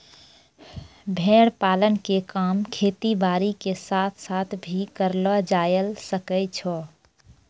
भेड़ पालन के काम खेती बारी के साथ साथ भी करलो जायल सकै छो